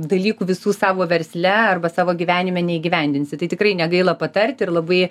dalykų visų savo versle arba savo gyvenime neįgyvendinsi tai tikrai negaila patart ir labai